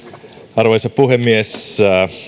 arvoisa puhemies